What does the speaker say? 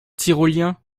tyroliens